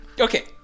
Okay